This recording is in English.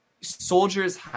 Soldiers